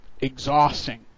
exhausting